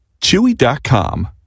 Chewy.com